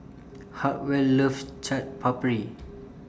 Hartwell loves Chaat Papri